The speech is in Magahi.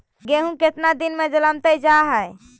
गेहूं केतना दिन में जलमतइ जा है?